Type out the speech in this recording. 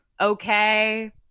Okay